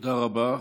תודה רבה.